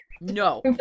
No